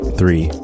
three